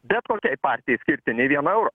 bet kokiai partijai skirti nei vieno euro